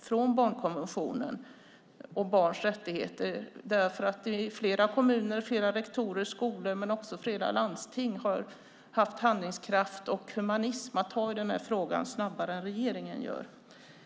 från barnkonventionen och barns rättigheter. Flera kommuner, flera rektorer och skolor och flera landsting har haft handlingskraft och humanism nog att ta tag i den här frågan snabbare än vad regeringen gör.